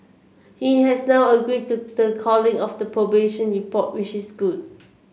he has now agreed to the calling of the probation report which is good